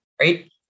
right